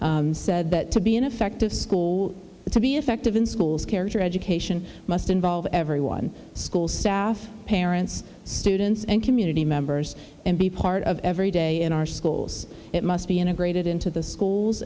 said that to be an effective school to be effective in schools character education must involve every one school staff parents students and community members and be part of every day in our schools it must be integrated into the schools